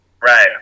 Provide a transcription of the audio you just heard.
Right